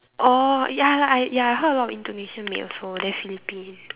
oh ya I ya I heard a lot of Indonesian maid also then Philippines